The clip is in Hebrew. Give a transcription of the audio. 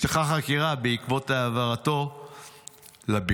נפתחה חקירה בעקבות העברתו לבילד.